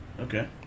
Okay